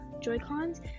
Joy-Cons